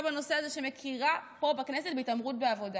בנושא הזה שמכירה פה בכנסת בהתעמרות בעבודה,